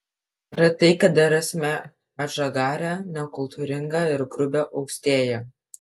retai kada rasime atžagarią nekultūringą ir grubią austėją